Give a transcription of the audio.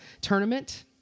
tournament